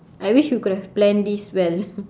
I wish you could've planned this well